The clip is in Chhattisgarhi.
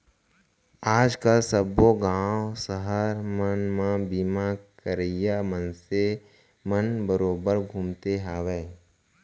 आज काल सब्बो गॉंव सहर मन म बीमा करइया मनसे मन बरोबर घूमते हवयँ